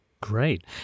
Great